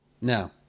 Now